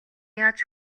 яаж